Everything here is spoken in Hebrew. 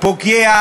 טכני.